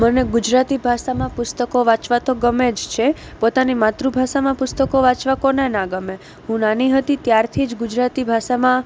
મને ગુજરાતી ભાષામાં પુસ્તકો વાંચવા તો ગમે જ છે પોતાની માતૃભાષામાં પુસ્તકો વાંચવા કોને ના ગમે હું નાની હતી ત્યારથી જ ગુજરાતી ભાષામાં